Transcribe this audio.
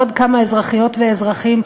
עוד כמה אזרחיות ואזרחים,